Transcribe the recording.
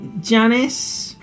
Janice